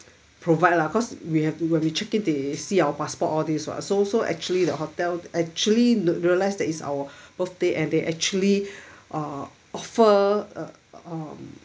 provide lah cause we have to when we checked in they see our passport all this [what] so so actually the hotel actually realised it's our birthday and they actually uh offer uh um